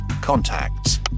contacts